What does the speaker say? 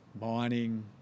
mining